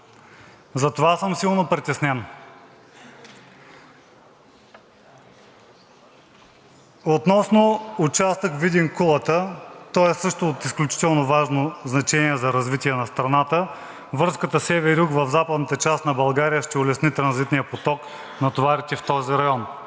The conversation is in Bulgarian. Затова съм силно притеснен. Относно участък Видин – Кулата, той е също от изключително важно значение за развитие на страната. Връзката север – юг в западната част на България ще улесни транзитния поток на товарите в този район.